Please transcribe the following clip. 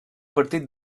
partit